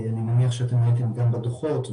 תשובתך.